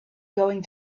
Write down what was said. going